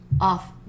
Off